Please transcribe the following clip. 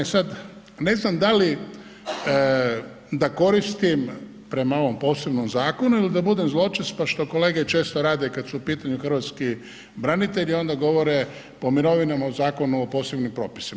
Sad, ne znam da li da koristim prema ovom posebnom zakonu ili da budem zločast, pa što kolege često rade kad su u pitanju hrvatski branitelji onda govore po mirovinama o Zakonu o posebnim propisima.